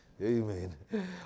Amen